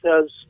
says